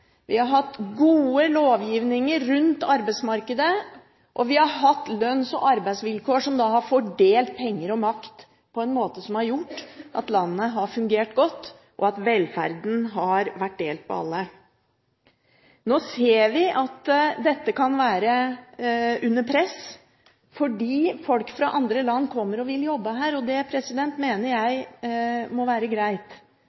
vi har hatt gode lovgivninger rundt arbeidsmarkedet, og vi har hatt lønns- og arbeidsvilkår som har gjort at penger og makt har vært fordelt på en slik måte at landet har fungert godt, og at velferden har vært delt på alle. Nå ser vi at dette kan være under press, fordi folk fra andre land kommer og vil jobbe her. Dette mener jeg må være greit, men det